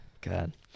God